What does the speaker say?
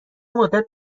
مدت